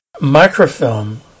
microfilm